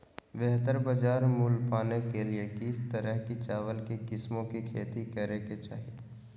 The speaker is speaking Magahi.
बेहतर बाजार मूल्य पाने के लिए किस तरह की चावल की किस्मों की खेती करे के चाहि?